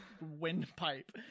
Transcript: windpipe